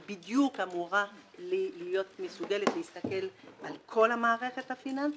שבדיוק שאמורה להיות מסוגלת להסתכל על כל המערכת הפיננסית.